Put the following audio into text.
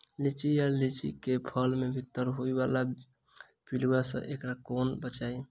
लिच्ची वा लीची केँ फल केँ भीतर होइ वला पिलुआ सऽ एकरा कोना बचाबी?